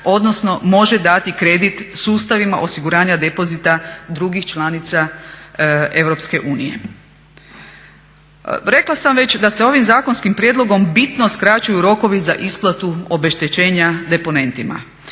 odnosno može dati kredit sustavima osiguranja depozita drugih članica Europske unije. Rekla sam već da se ovim zakonskim prijedlogom bitno skraćuju rokovi za isplatu obeštećenja deponentima.